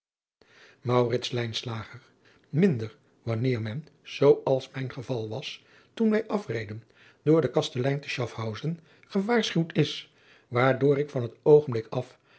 wanneer men zoo als mijn geval was toen wij afreden door den kastelein te chafhausen gewaarschuwd is waardoor ik van het oogenblik af